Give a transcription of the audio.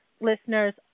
listeners